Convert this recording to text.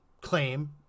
claim